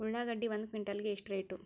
ಉಳ್ಳಾಗಡ್ಡಿ ಒಂದು ಕ್ವಿಂಟಾಲ್ ಗೆ ಎಷ್ಟು ರೇಟು?